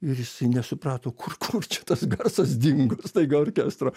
ir jisai nesuprato kur kur čia tas garsas dingo staiga orkestro